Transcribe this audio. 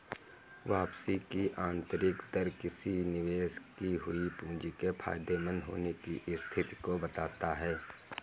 वापसी की आंतरिक दर किसी निवेश की हुई पूंजी के फायदेमंद होने की स्थिति को बताता है